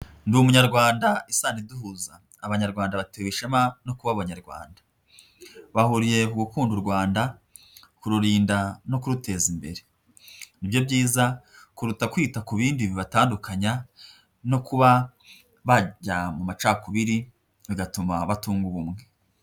Ndi Umunyarwanda isano iduhuza, Abanyarwanda batewe ishema no kuba Abanyarwanda, bahuriye ku gukunda u Rwanda, kururinda no kuruteza imbere, nibyo byiza kuruta kwita ku bindi bibatandukanya no kuba bajya mu macakubiri bigatuma batunga ubumwe.